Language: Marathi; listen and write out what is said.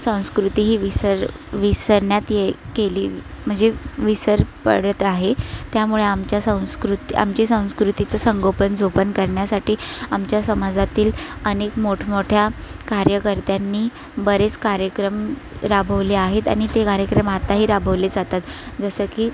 संस्कृती ही विसर विसरण्यात ती एक केली म्हणजे विसर पडत आहे त्यामुळे आमच्या संस्कृती आमची संस्कृतीचं संगोपन जोपन करण्यासाठी आमच्या समाजातील अनेक मोठमोठ्या कार्यकर्त्यांनी बरेच कार्यक्रम राबवले आहेत आणि ते कार्यक्रम आताही राबवले जातात जसं की